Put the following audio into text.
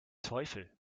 teufel